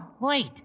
wait